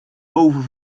boven